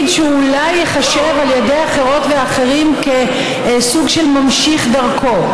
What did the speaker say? שאולי ייחשב על ידי אחרות ואחרים כסוג של ממשיך דרכו.